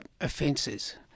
offences